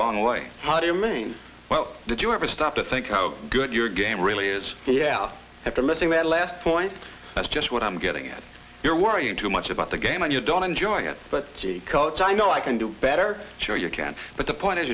wrong way how do you mean well did you ever stop to think how good your game really is here after letting that last point that's just what i'm getting you're worrying too much about the game and you don't enjoy it but gee culture i know i can do better sure you can but the point is